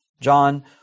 John